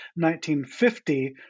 1950